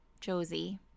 Josie